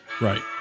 right